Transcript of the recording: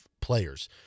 players